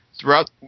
throughout